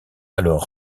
alors